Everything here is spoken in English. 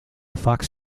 fox